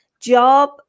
job